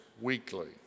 weekly